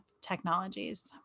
technologies